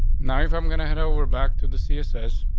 now, if i'm gonna head over back to the css,